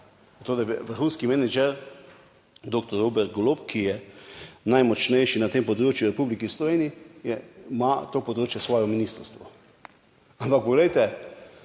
to, da vrhunski menedžer doktor Robert Golob, ki je najmočnejši na tem področju v Republiki Sloveniji, ima to področje svoje ministrstvo. Ampak poglejte,